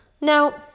Now